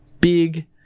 big